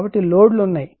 కాబట్టి లోడ్లు ఉన్నాయి